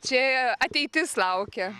čia ateitis laukia